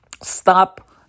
stop